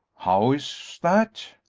how is that?